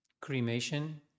Cremation